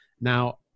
Now